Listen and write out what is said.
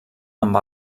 amb